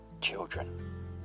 children